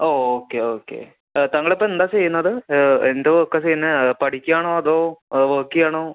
ഓ okay okay താങ്കളിപ്പം എന്താ ചെയ്യുന്നത് എന്ത് വക്കാ ചെയ്യുന്നത് പഠിക്കുകയാണോ അതോ വേക്ക് ചെയ്യുകയാണോ